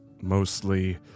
mostly